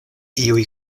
iuj